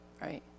Right